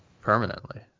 Permanently